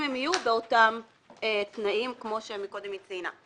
אם הן יהיו באותם תנאים כמו שקודם צוין.